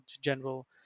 general